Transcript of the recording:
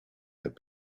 have